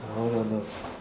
hold on hold